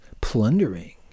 plundering